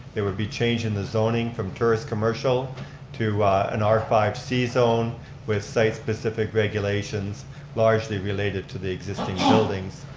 they would be changing the zoning from tourist commercial to an r five c zone with site specific regulations largely related to the existing buildings.